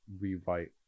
rewrite